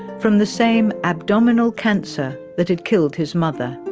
from the same abdominal cancer that had killed his mother.